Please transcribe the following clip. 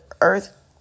earth